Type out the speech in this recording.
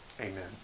amen